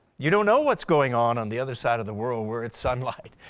you don't know what's going on, on the other side of the world where it's sunlight.